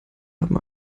haben